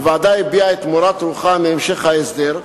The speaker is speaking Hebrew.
הוועדה הביעה את מורת רוחה מהמשך ההסדר.